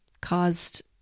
caused